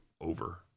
over